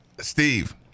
steve